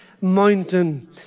mountain